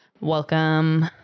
welcome